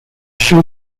show